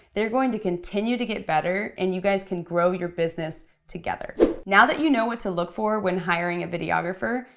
they're going to continue to get better, and you guys can grow your business together. now that you know what to look for when hiring a videographer,